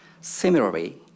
Similarly